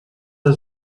der